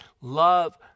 love